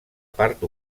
part